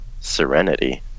Serenity